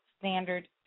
Standard